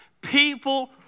People